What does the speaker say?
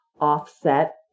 offset